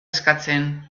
eskatzen